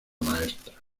maestra